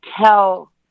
tell